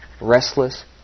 Restless